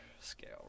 scale